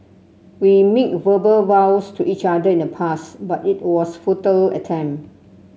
we made verbal vows to each other in the past but it was futile attempt